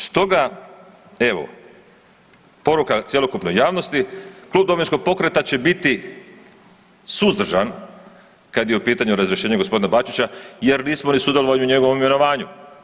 Stoga, evo poruka cjelokupnoj javnosti Klub Domovinskog pokreta će biti suzdržan kad je u pitanju razrješenje gospodina Bačića jer nismo ni sudjelovali u njegovom imenovanju.